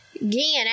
Again